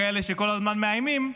כאלה שכל הזמן מאיימים,